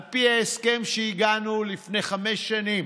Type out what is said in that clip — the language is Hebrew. על פי ההסכם שהגענו אליו לפני חמש שנים